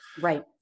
Right